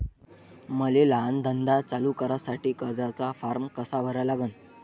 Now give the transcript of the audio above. मले लहान धंदा चालू करासाठी कर्जाचा फारम कसा भरा लागन?